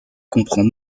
comprend